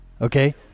Okay